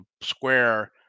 square